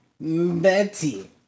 Betty